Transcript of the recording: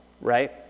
Right